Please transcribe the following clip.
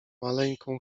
maleńką